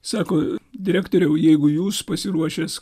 sako direktoriau jeigu jūs pasiruošęs